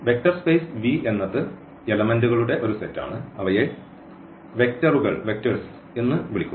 vector space V എന്നത് എലെമെന്റുകളുടെ ഒരു സെറ്റ് ആണ് അവയെ വെക്ടറുകൾ എന്ന് വിളിക്കുന്നു